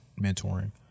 mentoring